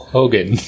Hogan